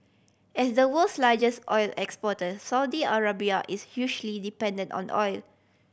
as the world's largest oil exporter Saudi Arabia is hugely dependent on the oil